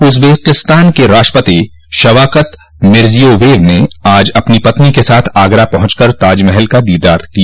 Uzbekistan के राष्ट्रपति Shavkat Mirziyoyev ने आज अपनी पत्नी के साथ आगरा पहुंच कर ताजमहल का दीदार किया